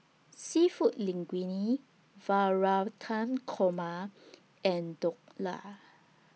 Seafood Linguine Navratan Korma and Dhokla